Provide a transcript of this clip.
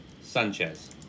Sanchez